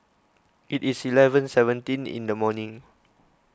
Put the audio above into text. it is eleven seventeen in the evening